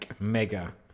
mega